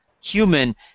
human